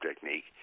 technique